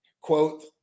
quote